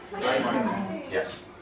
Yes